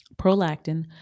Prolactin